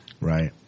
Right